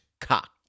cock